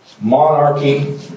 monarchy